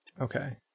Okay